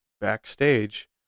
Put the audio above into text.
backstage